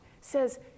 says